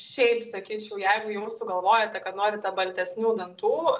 šiaip sakyčiau jeigu jūs galvojate kad norite baltesnių dantų